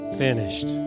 finished